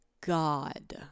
God